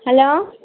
hello